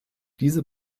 diese